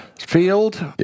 field